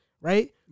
right